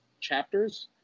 chapters